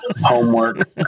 homework